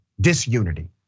disunity